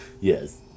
yes